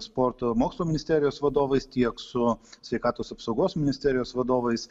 sporto ir mokslo ministerijos vadovais tiek su sveikatos apsaugos ministerijos vadovais